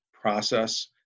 process